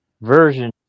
version